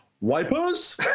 Wipers